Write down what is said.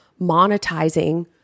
monetizing